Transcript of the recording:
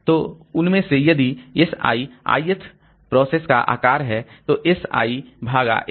तो उसमें से यदि s i ith प्रोसेस का आकार है तो s i भागा S